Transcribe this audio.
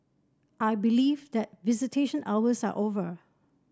I believe that visitation hours are over